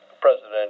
president